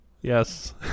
Yes